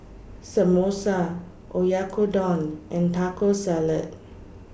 Samosa Oyakodon and Taco Salad